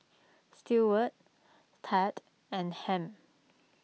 Steward Thad and Ham